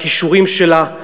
בכישורים שלה.